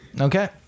Okay